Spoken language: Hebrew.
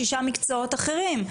שישה מקצועות אחרים.